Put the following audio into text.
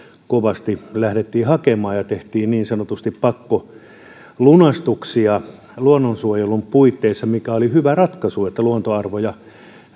kovasti lähdettiin hakemaan ja tehtiin niin sanotusti pakkolunastuksia luonnonsuojelun puitteissa oli hyvä ratkaisu että luontoarvoja